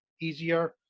easier